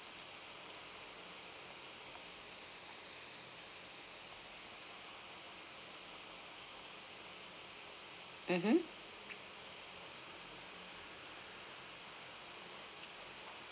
mmhmm